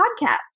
Podcast